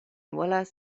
volas